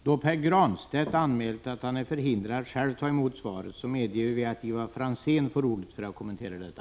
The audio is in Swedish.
Då Pär Granstedt har anmält att han är förhindrad att själv ta emot svaret, medger jag att Ivar Franzén får ordet för att kommentera detta.